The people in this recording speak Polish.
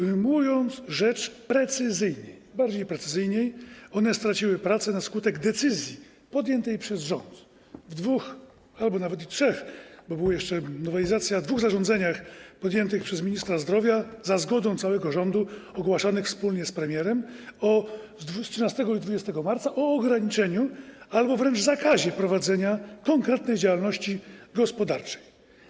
Ujmując rzecz precyzyjnie, bardziej precyzyjnie, one straciły pracę na skutek decyzji podjętej przez rząd w dwóch albo nawet i trzech, bo była jeszcze nowelizacja, zarządzeniach wydanych przez ministra zdrowia, za zgodą całego rządu, ogłaszanych wspólnie z premierem, z 13 i 20 marca, o ograniczeniu albo wręcz zakazie prowadzenia konkretnych działalności gospodarczych.